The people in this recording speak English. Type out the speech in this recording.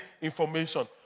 information